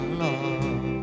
love